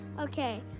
okay